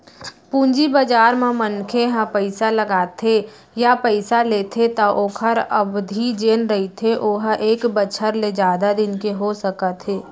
पूंजी बजार म मनखे ह पइसा लगाथे या पइसा लेथे त ओखर अबधि जेन रहिथे ओहा एक बछर ले जादा दिन के हो सकत हे